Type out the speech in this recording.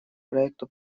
проекту